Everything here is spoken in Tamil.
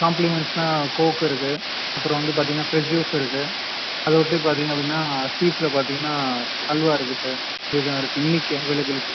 காம்ப்ளிமெண்ட்ஸ்னால் கோக் இருக்குது அப்புறம் வந்து பார்த்தீங்கன்னா ஃபிரெஷ் ஜூஸ் இருக்குது அதை ஒட்டி பார்த்தீங்க அப்படின்னா ஸ்வீட்ஸில் பார்த்தீங்கன்னா அல்வா இருக்குது சார் இது தான் இருக்குது இன்றைக்கி அவைலபிலிட்டி